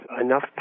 enough